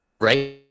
right